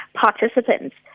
participants